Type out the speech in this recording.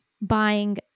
buying